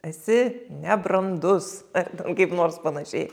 esi nebrandus ar ten kaip nors panašiai